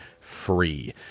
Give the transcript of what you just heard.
free